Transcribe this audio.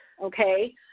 okay